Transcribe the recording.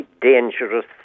dangerous